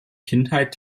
kindheit